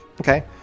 Okay